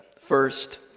First